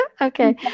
Okay